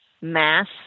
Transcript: mass